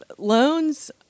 Loans